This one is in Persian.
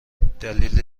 دلیل